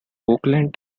oakland